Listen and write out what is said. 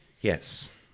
Yes